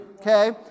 okay